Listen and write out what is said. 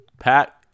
Pat